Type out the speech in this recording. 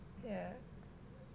mm